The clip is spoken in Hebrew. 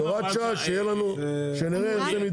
הוראת שעה כדי שנראה איך זה יתבצע.